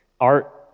art